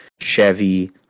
chevy